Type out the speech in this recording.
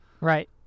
Right